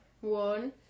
One